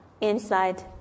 inside